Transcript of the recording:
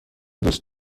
دوست